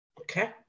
okay